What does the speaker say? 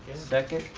second.